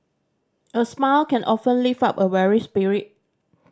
a smile can often lift up a weary spirit